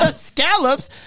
Scallops